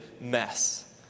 mess